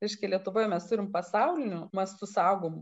reiškia lietuvoje mes turime pasauliniu mastu saugomų